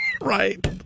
right